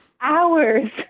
hours